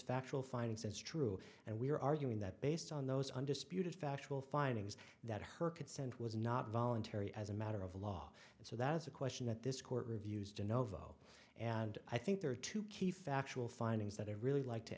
factual findings that's true and we are arguing that based on those undisputed factual findings that her consent was not voluntary as a matter of law and so that's a question that this court reviews de novo and i think there are two key factual findings that i really like to